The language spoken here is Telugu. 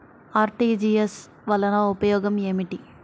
అర్.టీ.జీ.ఎస్ వలన ఉపయోగం ఏమిటీ?